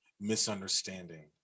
misunderstanding